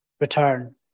return